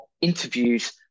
interviews